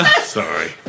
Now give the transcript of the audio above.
Sorry